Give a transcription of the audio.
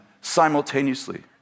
simultaneously